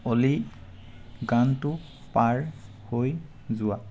অ'লি গানটো পাৰ হৈ যোৱা